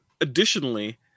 Additionally